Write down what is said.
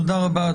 תודה רבה.